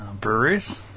breweries